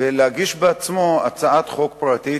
ולהגיש בעצמו הצעת חוק פרטית,